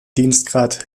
dienstgrad